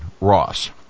Ross